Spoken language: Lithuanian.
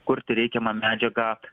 kurti reikiamą medžiagą